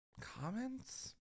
comments